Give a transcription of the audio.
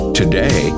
today